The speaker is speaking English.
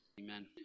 Amen